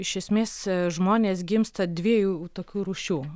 iš esmės žmonės gimsta dviejų tokių rūšių